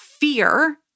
fear